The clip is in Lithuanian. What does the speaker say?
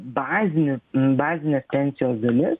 bazinių bazinė pensijos dalis